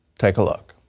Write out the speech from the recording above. take a look.